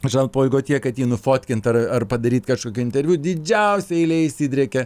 žan pol gotjė kad jį nufotkint ar ar padaryt kažkokį interviu didžiausia eilė išsidriekė